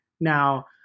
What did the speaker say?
Now